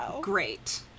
great